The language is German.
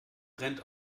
brennt